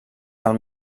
del